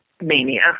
mania